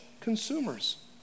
consumers